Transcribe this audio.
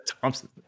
Thompson